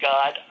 God